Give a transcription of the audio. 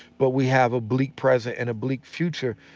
but we have a bleak present and a bleak future.